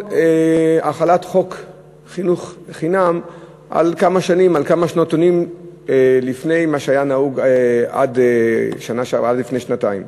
החלת חוק חינוך חינם על כמה שנתונים לפני מה שהיה נהוג עד לפני שנתיים.